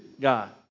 God